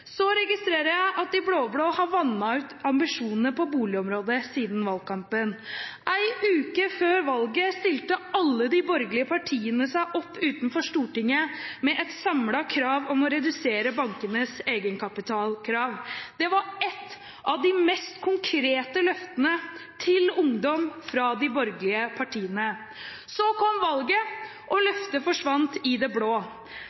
Så registrerer jeg at de blå-blå har vannet ut ambisjonene på boligområdet siden valgkampen. En uke før valget stilte alle de borgerlige partiene seg opp utenfor Stortinget med et samlet krav om å redusere bankenes egenkapitalkrav. Det var et av de mest konkrete løftene til ungdom fra de borgerlige partiene. Så kom valget, og løftet forsvant i det blå.